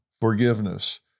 forgiveness